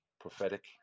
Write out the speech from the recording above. prophetic